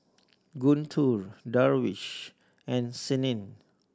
Guntur Darwish and Senin